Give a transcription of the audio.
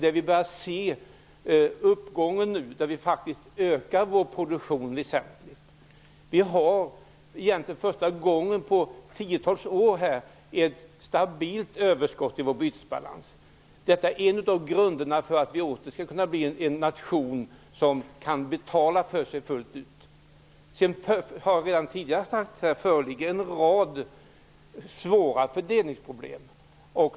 Nu börjar vi se uppgången. Vi ökar vår produktion väsentligt. Vi har egentligen första gången på tiotals år ett stabilt överskott i vår bytesbalans. Detta är en av grunderna för att vi åter skall kunna bli en nation som kan betala för sig fullt ut. Jag har redan tidigare sagt att det föreligger en rad svåra fördelningsproblem.